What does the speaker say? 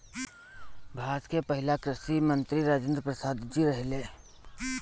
भारत के पहिला कृषि मंत्री राजेंद्र प्रसाद जी रहले